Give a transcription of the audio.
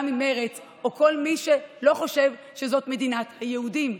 גם עם מרצ או כל מי שלא חושב שזו מדינת היהודים,